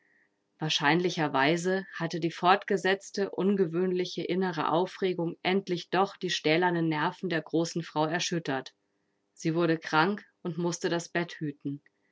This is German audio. wahrscheinlicherweise hatte die fortgesetzte ungewöhnliche innere aufregung endlich doch die stählernen nerven der großen frau erschüttert sie wurde krank und mußte das bett hüten